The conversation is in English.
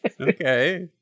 Okay